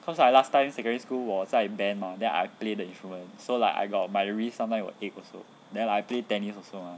cause I last time in secondary school 我在 band mah then I play the instrument so like I got my wrist will sometime will ache also then I played tennis also mah